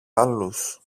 άλλους